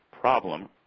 problem